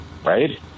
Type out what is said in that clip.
right